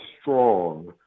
strong